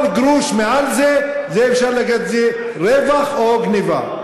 כל גרוש מעל זה, זה רווח או גנבה.